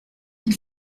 ils